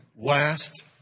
last